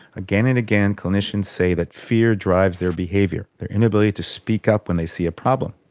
again and again clinicians say that fear drives their behaviour, their inability to speak up when they see a problem.